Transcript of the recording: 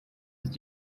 ist